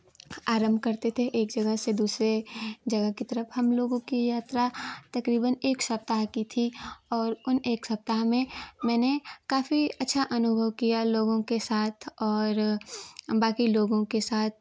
आरंभ करते थे एक जगह से दूसरे जगह की तरफ हम लोगों की यात्रा तकरीबन एक सप्ताह की थी और उन एक सप्ताह में मैंने काफ़ी अच्छा अनुभव किया लोगों के साथ और बाँकी लोगों के साथ